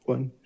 One